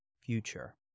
future